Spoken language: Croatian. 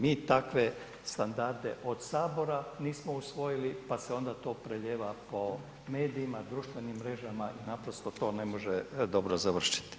Mi takve standarde od sabora nismo usvojili, pa se onda to prelijeva po medijima, društvenim mrežama i naprosto to ne može dobro završiti.